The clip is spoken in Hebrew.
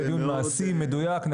זה יהיה דיון מעשי, מדויק.